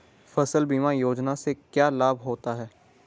फसल बीमा योजना से क्या लाभ होता है?